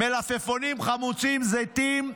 מלפפונים חמוצים וזיתים,